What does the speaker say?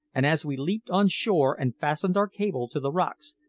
and as we leaped on shore and fastened our cable to the rocks,